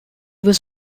was